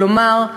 כלומר,